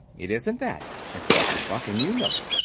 it isn't that, interrupted buck, and you know it.